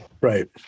Right